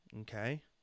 okay